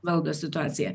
valdo situaciją